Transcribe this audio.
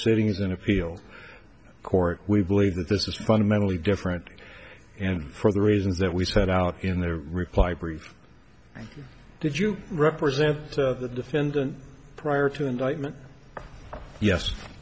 sitting as an appeals court we believe that this is fundamentally different and for the reasons that we set out in their reply brief did you represent the defendant prior to indictment yes